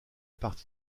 partie